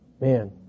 man